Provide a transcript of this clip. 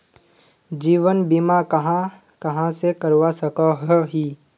जीवन बीमा कहाँ कहाँ से करवा सकोहो ही?